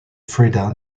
freda